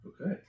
Okay